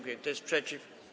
Kto jest przeciw?